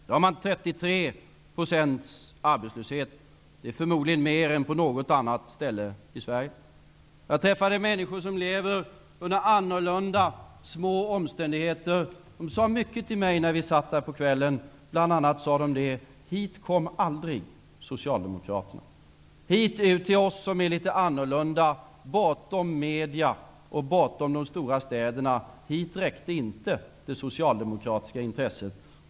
Där har man 33 % arbetslöshet. Det är förmodligen mer än på något annat ställe i Sverige. Jag träffade människor som lever under annorlunda, små omständigheter. De sade mycket till mig när vi satt och pratade på kvällen. Bl.a. sade de: Hit kom aldrig socialdemokraterna. Hit, till oss som är litet annorlunda -- bortom medierna och de stora städerna -- räckte inte det socialdemokratiska intresset.